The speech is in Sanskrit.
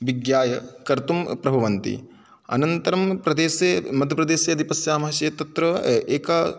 विज्ञाय कर्तुं प्रभवन्ति अनन्तरं प्रदेशे मध्यप्रदेशे यदि पश्यामः चेत् तत्र एका